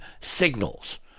signals